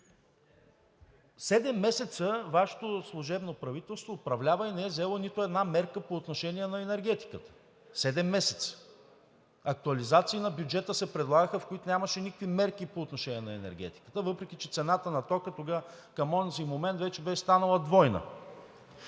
месеца Вашето служебно правителство управлява и не е взело нито една мярка по отношение на енергетиката. Седем месеца! Актуализации на бюджета се предлагаха, в които нямаше никакви мерки по отношение на енергетиката, въпреки че към онзи момент цената на тока вече беше станала двойна.